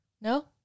No